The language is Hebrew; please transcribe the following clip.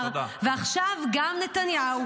ואת עושה פוליטיקה זולה,